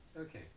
Okay